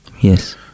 yes